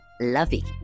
lovey